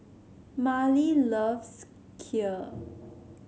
Marlie loves Kheer